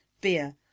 beer